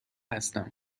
هستم